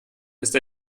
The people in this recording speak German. ist